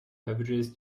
beverages